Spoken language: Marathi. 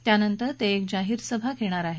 त्यानंतर ते जाहीर सभा घेणार आहेत